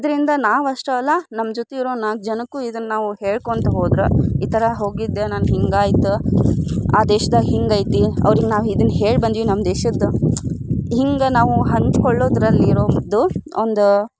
ಇದರಿಂದ ನಾವು ಅಷ್ಟೆ ಅಲ್ಲ ನಮ್ಮ ಜೊತೆ ಇರುವ ನಾಲ್ಕು ಜನಕ್ಕೂ ಇದನ್ನ ನಾವು ಹೇಳ್ಕೊಳ್ತಾ ಹೋದ್ರೆ ಈ ಥರ ಹೋಗಿದ್ದೆ ನಾನು ಹಿಂಗಾಯ್ತು ಆ ದೇಶ್ದಾಗ ಹೀಗೈತಿ ಅವ್ರಿಗೆ ನಾವು ಇದನ್ನ ಹೇಳಿ ಬಂದೀವಿ ನಮ್ಮ ದೇಶದ ಹಿಂಗೆ ನಾವು ಹಂಚ್ಕೊಳ್ಳೋದ್ರಲ್ಲಿ ಇರೋದು ಒಂದು